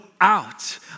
out